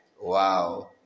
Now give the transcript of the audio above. Wow